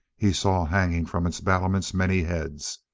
he saw hanging from its battlements many heads,